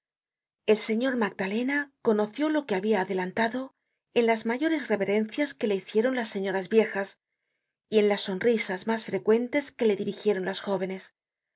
el señor magdalena conoció lo que habia adelantado en las mayores reverencias que le hicieron las señoras viejas y en las sonrisas mas frecuentes que le dirigieron las jóvenes